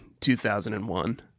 2001